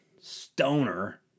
stoner